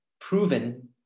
proven